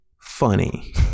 funny